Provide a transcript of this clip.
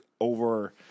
over –